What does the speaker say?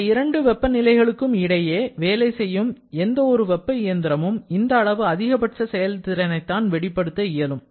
இந்த இரண்டு வெப்பநிலை களுக்கும் இடையே வேலை செய்யும் எந்த ஒரு வெப்ப இயந்திரமும் இந்த அளவு அதிகபட்ச செயல் திறனை தான் வெளிப்படுத்த இயலும்